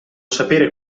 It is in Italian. sapere